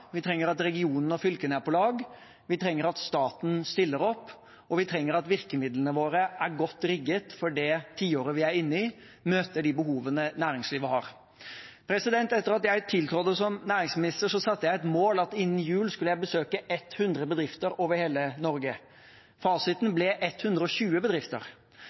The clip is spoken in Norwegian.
vi trenger at regionene og fylkene er på lag, vi trenger at staten stiller opp, og vi trenger at virkemidlene våre er godt rigget for det tiåret vi er inne i, og møter de behovene næringslivet har. Etter at jeg tiltrådte som næringsminister, satte jeg meg et mål om at jeg innen jul skulle besøke 100 bedrifter over hele Norge. Fasiten ble 120 bedrifter,